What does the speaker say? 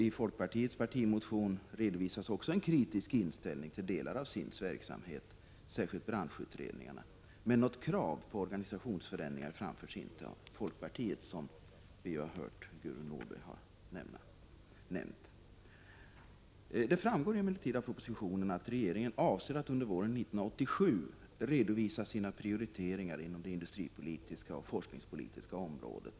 I folkpartiets partimotion redovisas också en kritisk inställning till delar av SIND:s verksamhet, särskilt branschutredningarna, men något krav på organisationsförändringar framförs inte av folkpartiet, som Gudrun Norberg här nämnt. Det framgår emellertid av propositionen att regeringen avser att under våren 1987 redovisa sina prioriteringar inom det industripolitiska och forskningspolitiska området.